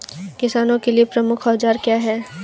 किसानों के लिए प्रमुख औजार क्या हैं?